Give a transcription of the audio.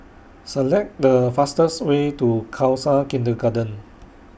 Select The fastest Way to Khalsa Kindergarten